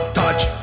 touch